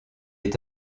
est